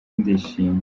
ndishimye